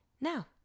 Now